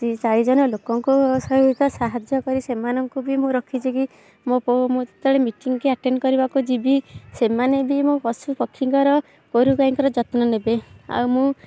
ଚାରି ଜଣ ଲୋକଙ୍କ ସହିତ ସାହାଯ୍ୟ କରି ସେମାନଙ୍କୁ ବି ମୁଁ ରଖିଛି କି ମୁଁ ଯେତେବେଳେ ମିଟିଂ ଆଟେଣ୍ଡ କରିବାକୁ ଯିବି ସେମାନେ ବି ମୋ ପଶୁ ପକ୍ଷୀଙ୍କର ଗୋରୁ ଗାଈଙ୍କର ଯତ୍ନ ନେବେ ଆଉ ମୁଁ